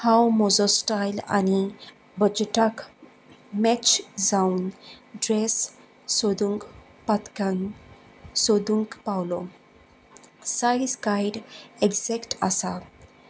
हांव म्होजो स्टायल आनी बजटाक मॅच जावन ड्रेस सोदूंक पातक्यान सोदूंक पावलो सायज गायड एगजेक्ट आसा